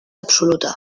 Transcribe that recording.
absoluta